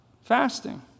fasting